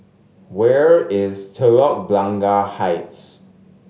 where is Telok Blangah Heights